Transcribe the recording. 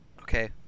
Okay